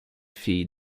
filles